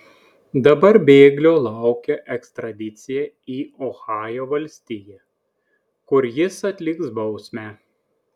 dabar bėglio laukia ekstradicija į ohajo valstiją kur jis atliks bausmę